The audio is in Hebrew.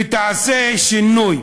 ותעשה שינוי,